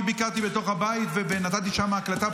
אני ביקרתי בבית ונתתי שם הקלטה,